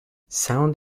sound